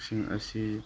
ꯁꯤꯡ ꯑꯁꯤ